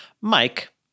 Mike